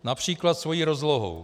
Například svojí rozlohou.